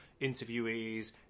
interviewees